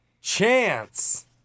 Chance